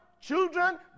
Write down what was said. children